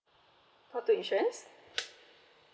okay insurance